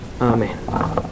amen